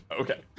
Okay